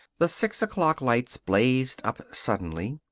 the six-o'clock lights blazed up suddenly.